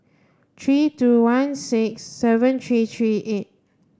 three two one six seven three three eight